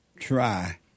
try